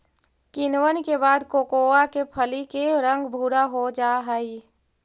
किण्वन के बाद कोकोआ के फली के रंग भुरा हो जा हई